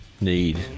need